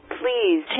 please